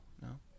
no